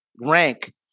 rank